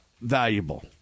valuable